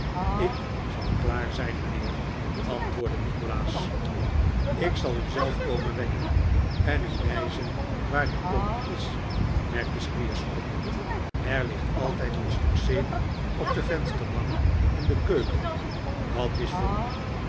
ik zal klaar zijn mijnheer antwoordde nikolaas ik zal u zelf komen wekken en u wijzen waar de pomp is merkte squeers op er ligt altijd een stukje zeep op de vensterbank in de keuken dat is voor u